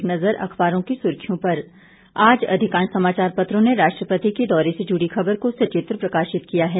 एक नज़र अखबारों की सुर्खियों पर आज अधिकांश समाचार पत्रों ने राष्ट्रपति के दौरे से जुड़ी खबर को सचित्र प्रकाशित किया है